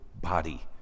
body